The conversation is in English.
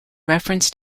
reference